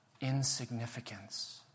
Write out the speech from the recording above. insignificance